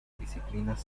disciplinas